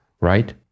right